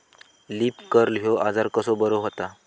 Leaf curl ह्यो आजार कसो बरो व्हता?